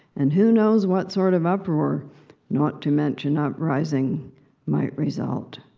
and who knows what sort of uproar not to mention uprising might result?